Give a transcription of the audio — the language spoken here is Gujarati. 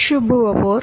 શુભ બપોર